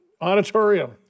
auditorium